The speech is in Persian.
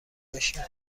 باشیم